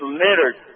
littered